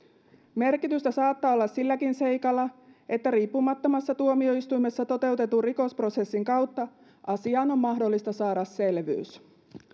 merkitystä saattaa olla silläkin seikalla että riippumattomassa tuomioistuimessa toteutetun rikosprosessin kautta asiaan on mahdollista saada selvyys